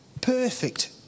perfect